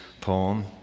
poem